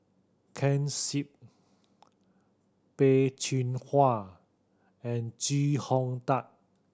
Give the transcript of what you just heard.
Ken Seet Peh Chin Hua and Chee Hong Tat